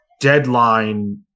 Deadline